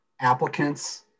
applicants